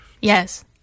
Yes